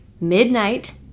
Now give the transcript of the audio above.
midnight